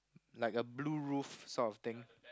like a blue roof sort of thing